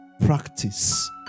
practice